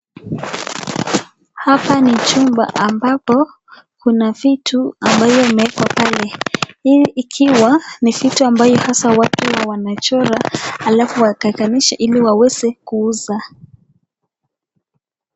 Hapa ni chumba ambapo, kuna vitu ambavyo vimewekwa pale, hii ikiwa ni vitu ambayo hasaa watu huwa wanachora alafu wakaekanisha ili waweze kuuza.